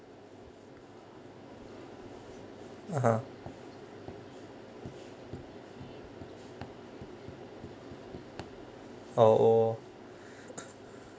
(uh huh) ah oh